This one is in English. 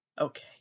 Okay